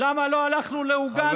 למה לא הלכנו לאוגנדה?